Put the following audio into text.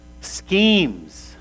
Schemes